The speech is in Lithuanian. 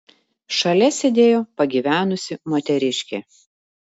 šalia sėdėjo pagyvenusi moteriškė